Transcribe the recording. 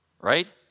right